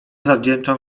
zawdzięczam